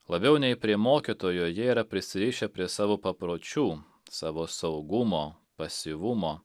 labiau nei prie mokytojo jie yra prisirišę prie savo papročių savo saugumo pasyvumo